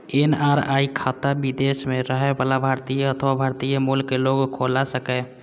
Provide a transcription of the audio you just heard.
NRI खाता विदेश मे रहै बला भारतीय अथवा भारतीय मूल के लोग खोला सकैए